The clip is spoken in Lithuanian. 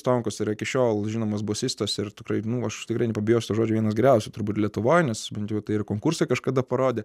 stonkus yra iki šiol žinomas bosistas ir tikrai nu aš tikrai nepabijosiu to žodžio vienas geriausių turbūt lietuvoj nes bent jau tai ir konkursai kažkada parodė